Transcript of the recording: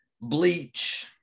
Bleach